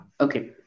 Okay